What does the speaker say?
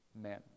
men